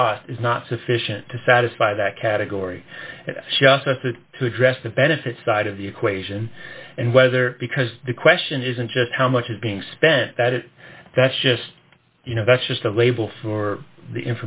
cost is not sufficient to satisfy that category she just asked it to address the benefits side of the equation and whether because the question isn't just how much is being spent that it that's just you know that's just a label for the